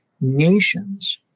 nations